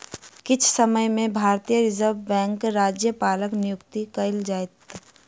किछ समय में भारतीय रिज़र्व बैंकक राज्यपालक नियुक्ति कएल जाइत